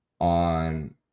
on